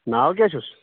ناو کیٛاہ چھُس